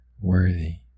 worthy